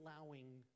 allowing